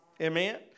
Amen